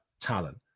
talent